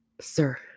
sir